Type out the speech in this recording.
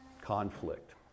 conflict